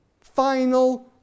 final